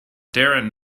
darren